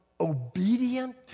obedient